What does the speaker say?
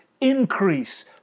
increase